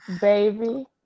baby